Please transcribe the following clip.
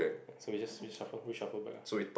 so we just reshuffle who shuffle back uh